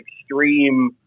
extreme